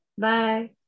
Bye